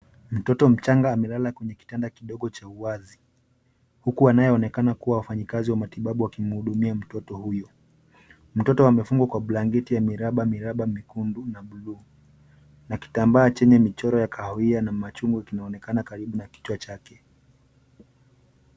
Mtoto mchanga amelala kwenye kitanda kidogo cha uwazi, huku anayeonekana kuwa wafanyikazi wa matibabu wakimhudumia mtoto huyu. Mtoto amefungwa kwa blanketi ya miraba miraba miekundu, na blue , na kitambaa chenye michoro ya kahawia, na machungwa kinaonekana karibu na kichwa chake.